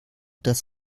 das